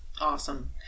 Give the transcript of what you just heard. Awesome